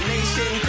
Nation